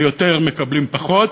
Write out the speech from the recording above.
ויותר מקבלים פחות.